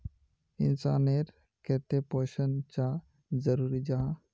इंसान नेर केते पोषण चाँ जरूरी जाहा?